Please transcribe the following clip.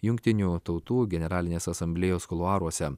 jungtinių tautų generalinės asamblėjos kuluaruose